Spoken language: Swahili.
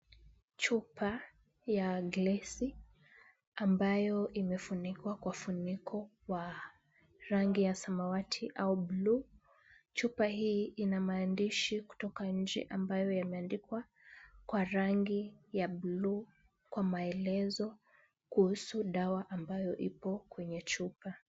Chupa ya glesi ambayo imefunikwa kwa funiko ya rangi ya samawati au buluu. Chupa hii ina maandishi kutoka nje ambayo yameandikwa kwa rangi ya buluu kwa maelezo kuhusu dawa ambayo ipo kwenye chupa.